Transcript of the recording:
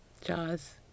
Jaws